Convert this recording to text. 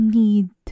need